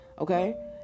okay